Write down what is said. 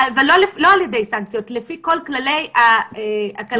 תמרוץ אקטיבי לא על ידי סנקציות לפי כל כללי הכלכלה התנהגותית.